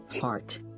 heart